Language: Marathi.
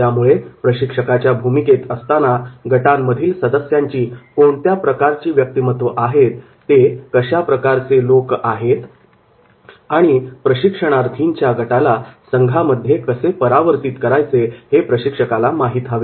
त्यामुळे प्रशिक्षकाच्या भूमिकेत असताना गटांमधील सदस्यांची कोणत्या प्रकारची व्यक्तिमत्व आहेत कशाप्रकारचे हे लोक आहेत आणि प्रशिक्षणार्थींच्या गटाला संघामध्ये कसे परावर्तित करायचे हे प्रशिक्षकाला माहीत हवे